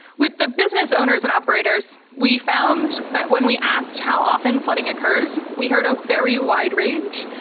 with the business owners and operators we found that when we asked how often flooding occurs we heard a very wide range,